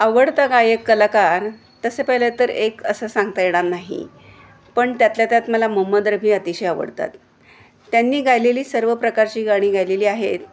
आवडता गायक कलाकार तसं पाहिलं तर एक असं सांगता येणार नाही पण त्यातल्या त्यात मला महंमद रफी अतिशय आवडतात त्यांनी गायलेली सर्व प्रकारची गाणी गायलेली आहेत